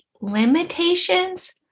limitations